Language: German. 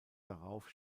darauf